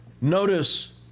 Notice